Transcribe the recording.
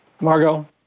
Margot